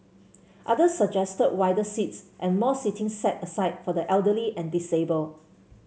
others suggested wider seats and more seating set aside for the elderly and disabled